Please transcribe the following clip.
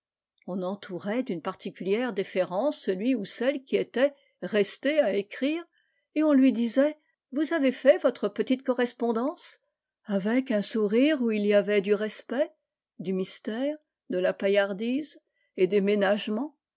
on entourait d'une particulière déférence celui ou celle qui était restée à écrire et on lui disait vous avez fait votre petite correspondance avec un sourire où il y avait du respect du mystère de la paillardise et